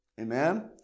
amen